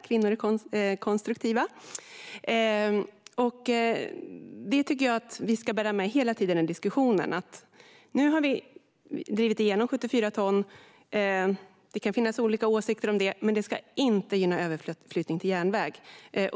Kvinnor är konstruktiva. Detta tycker jag att vi ska bära med oss hela tiden i diskussionen - nu har vi drivit igenom 74 ton, och det kan finnas olika åsikter om det, men det ska inte gynna överflyttning till järnväg.